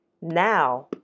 Now